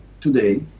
today